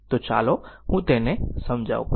તો ચાલો હું તેને સમજાવું